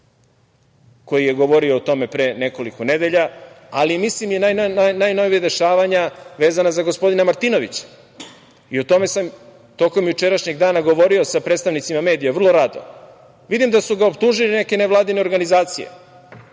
koji je govorio o tome pre nekoliko nedelja, ali mislim i na najnovija dešavanja vezana za gospodina Martinovića. O tome sam tokom jučerašnjeg dana govorio sa predstavnicima medija vrlo rado. Vidim da su ga optužile neke nevladine organizacije.